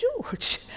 George